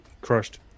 crushed